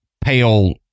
pale